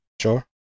Sure